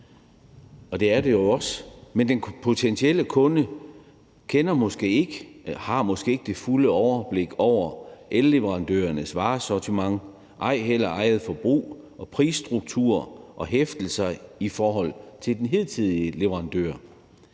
og det er det jo også – men den potentielle kunde kender måske ikke eller har måske ikke det fulde overblik over elleverandørernes varesortiment, ej heller eget forbrug og prisstruktur og hæftelser i forhold til den hidtidige leverandør.